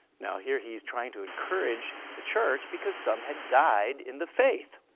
now here he's trying to encourage the church because some had died in the faith.